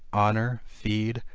honor, feed,